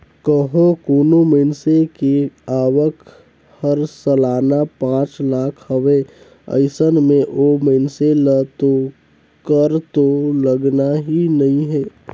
कंहो कोनो मइनसे के आवक हर सलाना पांच लाख हवे अइसन में ओ मइनसे ल तो कर तो लगना ही नइ हे